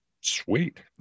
Sweet